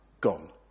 Gone